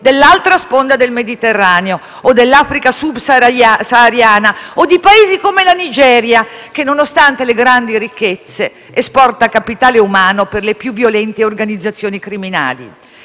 dell'altra sponda del Mediterraneo o dell'Africa subsahariana o di Paesi come la Nigeria che, nonostante le grandi ricchezze, esporta capitale umano per le più violente organizzazioni criminali.